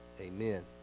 amen